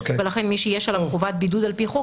ולכן מי שיש עליו חובת בידוד על פי חוק,